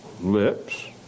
lips